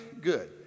good